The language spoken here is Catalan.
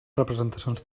representacions